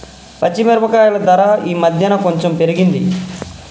పచ్చి మిరపకాయల ధర ఈ మధ్యన కొంచెం పెరిగింది